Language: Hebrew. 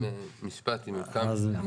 משפט אם אפשר.